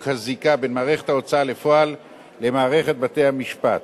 הזיקה בין מערכת ההוצאה לפועל למערכת בתי-המשפט.